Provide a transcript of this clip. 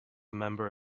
member